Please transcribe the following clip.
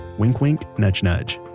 wink wink nudge nudge